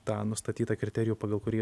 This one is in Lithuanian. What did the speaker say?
tą nustatytą kriterijų pagal kurį